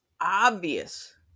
obvious